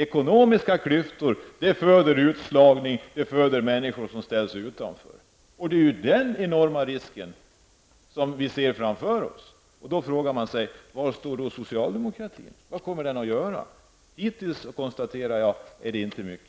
Ekonomiska klyftor föder utslagning, människor ställs utanför. Det är den enorma risken som vi ser framför oss. Då frågar man sig: Var står då socialdemokratin? Vad kommer den att göra? Hittills, konstaterar jag, har det inte gjorts